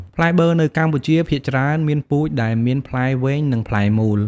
ផ្លែប័រនៅកម្ពុជា ភាគច្រើនមានពូជដែលមានផ្លែវែង និងផ្លែមូល។